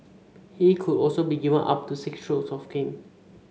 he could also be given up to six strokes of the cane